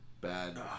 bad